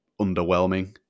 underwhelming